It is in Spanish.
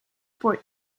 por